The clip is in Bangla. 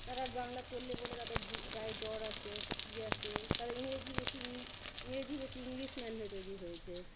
তারা বাংলা পড়লে বলে তাদের গায়ে জ্বর আসে তো কী আসে তাদের ইংরেজি বেশি ইংরেজি বেশি ইংলিশ ম্যান হয়ে তৈরি হয়েছে